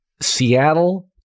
Seattle